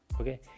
Okay